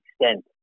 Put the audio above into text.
extent